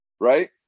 right